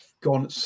gone